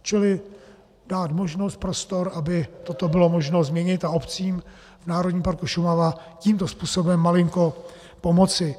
Čili dát možnost, prostor, aby toto bylo možno změnit, a obcím v Národním parku Šumava tímto způsobem malinko pomoci.